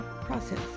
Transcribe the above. process